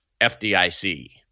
FDIC